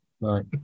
right